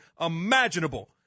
imaginable